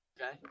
Okay